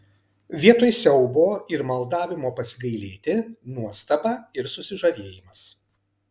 vietoj siaubo ir maldavimo pasigailėti nuostaba ir susižavėjimas